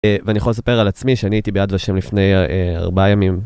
ואני יכול לספר על עצמי שאני הייתי ביד ושם לפני ארבעה ימים.